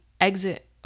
exit